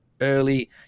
early